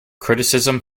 criticism